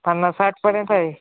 पन्नास साठपर्यंत आहे